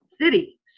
city